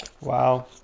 wow